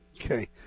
Okay